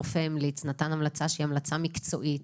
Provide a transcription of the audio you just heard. רופא המליץ ונתן המלצה שהיא המלצה מקצועית.